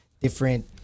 different